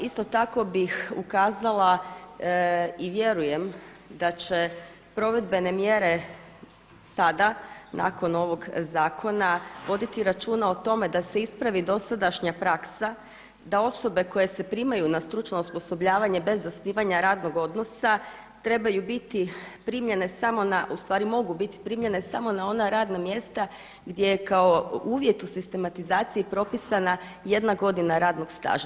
Isto tako bih ukazala i vjerujem da će provedbene mjere sada nakon ovog zakona voditi računa o tome da se ispravi dosadašnja praksa, da osobe koje se primaju na stručno osposobljavanje bez zasnivanja radnog odnosa trebaju biti primljene samo na, u stvari mogu biti primljene samo na ona radna mjesta gdje je kao uvjet u sistematizaciji propisana jedna godina radnog staža.